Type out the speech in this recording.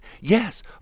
Yes